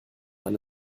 eine